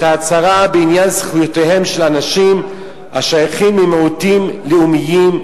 ההצהרה בעניין זכויותיהם של אנשים השייכים למיעוטים לאומיים,